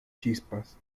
chispas